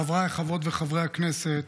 חבריי חברות וחברי הכנסת,